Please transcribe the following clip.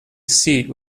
seat